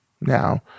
now